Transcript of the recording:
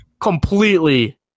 completely